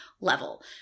level